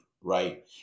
right